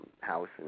house